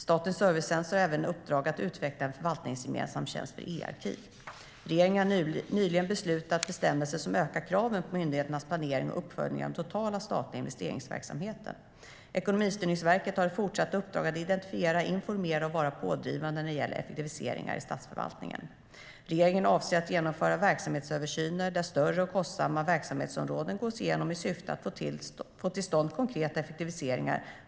Statens servicecenter har även uppdrag att utveckla en förvaltningsgemensam tjänst för e-arkiv. Regeringen har nyligen beslutat om bestämmelser som ökar kraven på myndigheternas planering och uppföljning av den totala statliga investeringsverksamheten. Ekonomistyrningsverket har ett fortsatt uppdrag att identifiera, informera och vara pådrivande när det gäller effektiviseringar i statsförvaltningen. Regeringen avser att genomföra verksamhetsöversyner där större och kostsamma verksamhetsområden gås igenom i syfte att få till stånd konkreta effektiviseringar.